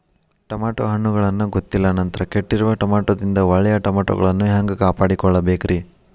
Tomato ಹಣ್ಣುಗಳನ್ನ ಗೊತ್ತಿಲ್ಲ ನಂತರ ಕೆಟ್ಟಿರುವ ಟಮಾಟೊದಿಂದ ಒಳ್ಳೆಯ ಟಮಾಟೊಗಳನ್ನು ಹ್ಯಾಂಗ ಕಾಪಾಡಿಕೊಳ್ಳಬೇಕರೇ?